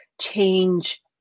change